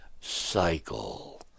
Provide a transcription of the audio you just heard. cycle